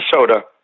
Minnesota